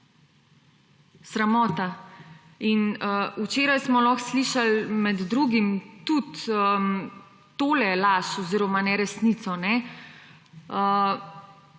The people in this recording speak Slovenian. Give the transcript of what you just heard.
sramota. Včeraj smo lahko slišali med drugim tudi tole laž oziroma neresnico.